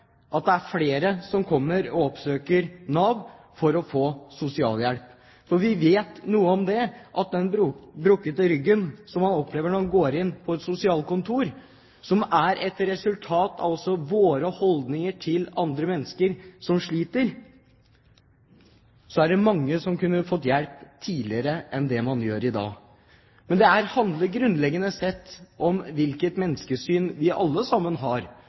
at det er flere som kommer til å oppsøke Nav for å få sosialhjelp. Vi vet at den opplevelsen mange har når de med bøyd rygg går inn på et sosialkontor, er et resultat av våre holdninger til mennesker som sliter. Det er mange som kunne ha fått hjelp tidligere enn det de gjør i dag. Men dette handler grunnleggende sett om hvilket menneskesyn vi alle har.